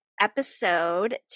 Episode